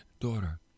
Daughter